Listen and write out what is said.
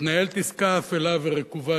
מתנהלת עסקה אפלה ורקובה,